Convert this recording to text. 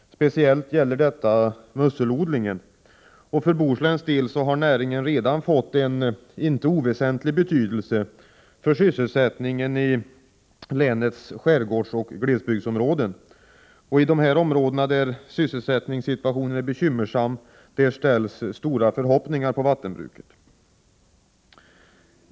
Speciellt gäller detta musselodlingen. I Bohuslän har näringen redan fått en inte oväsentlig betydelse för sysselsättningen i länets skärgårdsoch glesbygdsområden. I dessa områden, där sysselsättningssituationen är bekymmersam, ställs stora förhoppningar på vattenbruket.